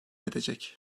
edecek